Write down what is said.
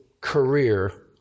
career